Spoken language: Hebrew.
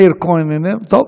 מאיר כהן, אינו נוכח.